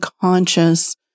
conscious